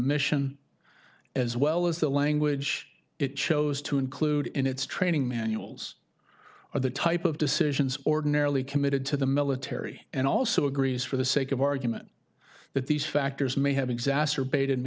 mission as well as the language it chose to include in its training manuals or the type of decisions ordinarily committed to the military and also agrees for the sake of argument that these factors may have exacerbated